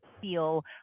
feel